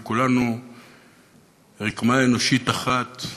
וכולנו רקמה אנושית אחת,